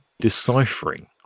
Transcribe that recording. deciphering